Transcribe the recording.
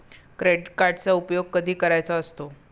Credit कार्डचा उपयोग कधी करायचा असतो?